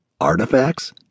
Artifacts